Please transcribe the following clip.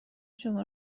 شما